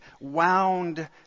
wound